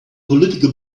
political